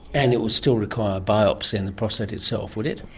and it will still require a biopsy in the prostate itself, would it?